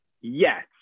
Yes